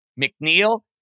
McNeil